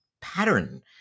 pattern